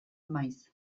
maiz